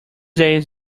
days